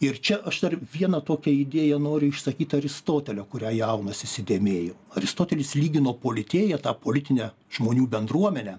ir čia aš dar vieną tokią idėją noriu išsakyt aristotelio kurią jaunas įsidėmėjau aristotelis lygino politėją tą politinę žmonių bendruomenę